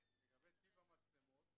לגבי טיב המצלמות,